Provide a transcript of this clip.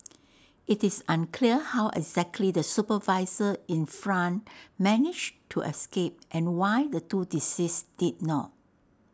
IT is unclear how exactly the supervisor in front managed to escape and why the two deceased did not